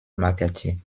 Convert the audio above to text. mccarthy